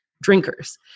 drinkers